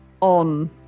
on